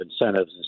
incentives